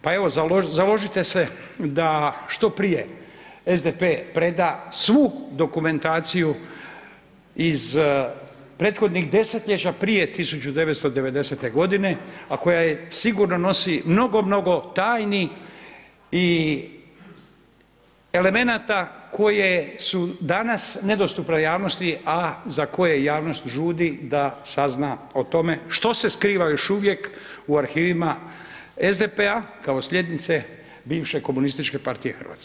Pa evo založite se da što prije SDP preda svu dokumentaciju iz prethodnih desetljeća prije 1990. godine a koja sigurno nosi mnogo, mnogo tajni i elemenata koje su danas nedostupne javnosti, a za koje javnost žudi da sazna o tome što se skriva još uvijek u arhivima SDP-a kao slijednice bivše komunističke partije Hrvatske.